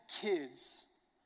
kids